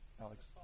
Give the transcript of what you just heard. Alex